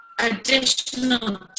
additional